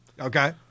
Okay